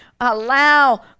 allow